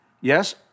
yes